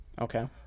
okay